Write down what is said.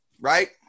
right